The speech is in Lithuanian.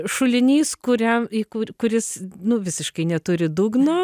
šulinys kuriam į kur kuris nu visiškai neturi dugno